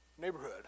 neighborhood